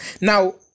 Now